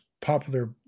popular